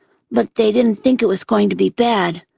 but they didn't think it was going to be bad.